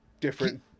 Different